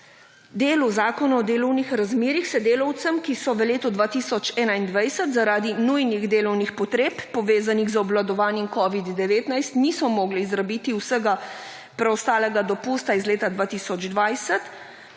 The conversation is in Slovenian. delu zakona o delovnih razmerjih se delavcem, ki so v letu 2021 zaradi nujnih delovnih potreb povezanih z obvladovanjem Covid.19 niso mogli izrabiti vsega preostalega dopusta iz leta 2020,